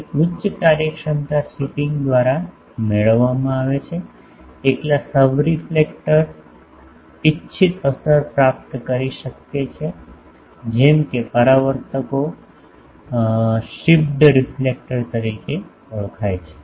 તેથી ઉચ્ચ કાર્યક્ષમતા શિપિંગ દ્વારા મેળવવામાં આવે છે એકલા સબરેલેક્ફેક્ટર ઇચ્છિત અસર પ્રાપ્ત કરી શકે છે જેમ કે પરાવર્તકો શિપ્ડ રિફ્લેક્ટર તરીકે ઓળખાય છે